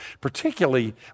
Particularly